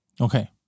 okay